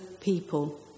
people